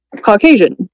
Caucasian